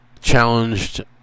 challenged